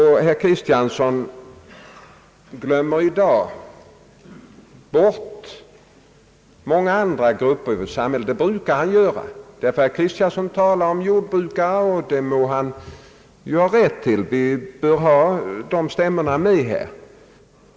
Herr Kristiansson glömmer i dag bort många andra grupper i samhället. Det brukar han göra, ty han talar om jordbrukare och det må han ha rätt till. Vi bör ha deras stämmor med här.